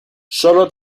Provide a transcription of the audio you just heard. solo